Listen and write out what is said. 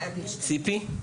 ציפי?